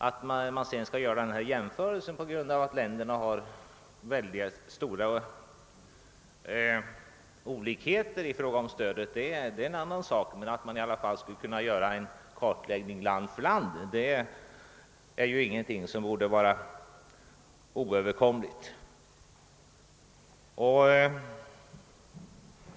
Att det sedan kan vara svårt att göra en jämförelse på grund av att det förekommer stora olikheter i stödets utformning inom olika länder är en annan sak, men att göra en kartläggning land efter land borde inte innebära oöverkomliga svårigheter.